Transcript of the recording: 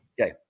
Okay